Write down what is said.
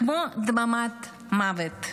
כמו דממת מוות,